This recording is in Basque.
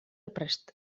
prest